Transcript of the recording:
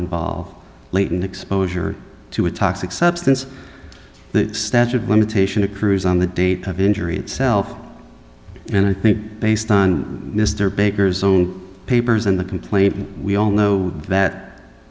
involve blatant exposure to a toxic substance the statute of limitation a cruise on the date of injury itself and i think based on mr baker's own papers in the complaint we all know that